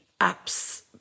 apps